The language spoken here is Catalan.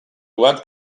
blat